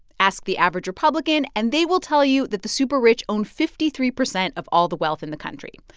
ask the average republican, and they will tell you that the super-rich own fifty three percent of all the wealth in the country.